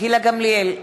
גילה גמליאל,